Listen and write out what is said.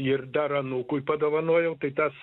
ir dar anūkui padovanojau tai tas